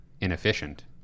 inefficient